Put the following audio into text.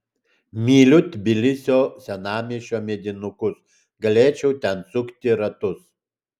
myliu tbilisio senamiesčio medinukus galėčiau ten sukti ratus